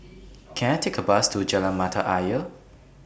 Can I Take A Bus to Jalan Mata Ayer